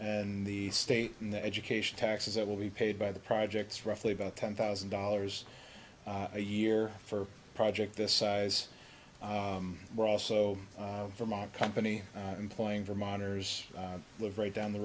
and the state and the education taxes that will be paid by the projects roughly about ten thousand dollars a year for a project this size we're also vermont company employing for minors live right down the